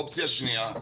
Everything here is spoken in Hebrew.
אופציה שנייה,